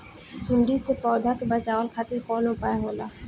सुंडी से पौधा के बचावल खातिर कौन उपाय होला?